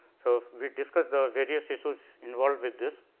so, we discuss the various issues involved with this